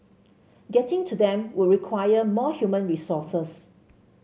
getting to them would require more human resources